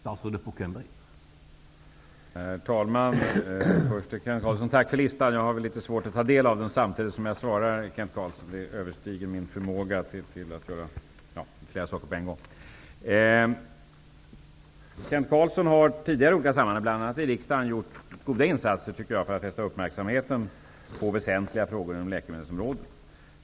Herr talman! Tack för listan! Jag har litet svårt att ta del av den samtidigt som jag svarar Kent Carlsson -- det överstiger min förmåga att göra flera saker på en gång. Kent Carlsson har tidigare i olika sammanhang, bl.a. i riksdagen, gjort goda insatser för att fästa uppmärksamheten på väsentliga frågor inom läkemedelsområdet.